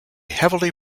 heavily